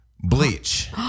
Bleach